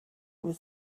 was